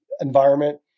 environment